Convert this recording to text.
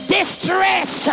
distress